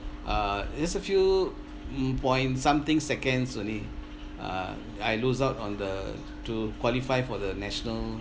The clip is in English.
uh it's a few mm point something seconds only uh I lose out on the to qualify for the national